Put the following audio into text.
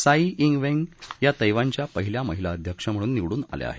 Sai Ing Wen या तैवानच्या पहिल्या महिला अध्यक्ष म्हणून निवडून आल्या आहेत